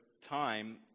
time